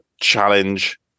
Challenge